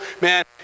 man